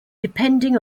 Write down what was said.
depending